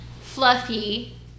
fluffy